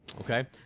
Okay